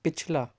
پچھلا